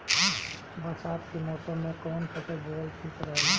बरसात के मौसम में कउन फसल बोअल ठिक रहेला?